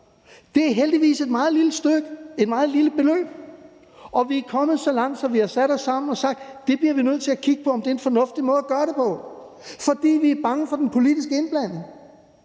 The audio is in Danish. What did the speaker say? Det er heldigvis et meget lille beløb, og vi er kommet så langt, at vi har sat os sammen og sagt, at det bliver vi nødt til at kigge på om er en fornuftig måde at gøre det på, fordi vi er bange for den politiske indblanding.